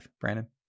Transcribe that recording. Brandon